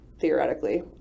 theoretically